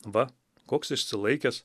va koks išsilaikęs